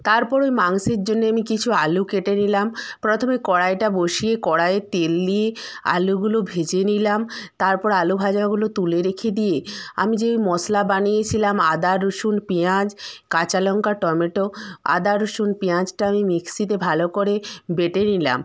তারপর ওই মাংসের জন্যই আমি কিছু আলু কেটে নিলাম প্রথমে কড়াইটা বসিয়ে কড়াইয়ে তেল দিয়ে আলুগুলো ভেজে নিলাম তারপর আলু ভাজাগুলো তুলে রেখে দিয়ে আমি যে ওই মশলা বানিয়েছিলাম আদা রুসুন পেঁয়াজ কাঁচালঙ্কা টমেটো আদা রুসুন পেঁয়াজটা আমি মিক্সিতে ভালো করে বেটে নিলাম